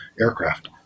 aircraft